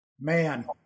Man